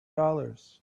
dollars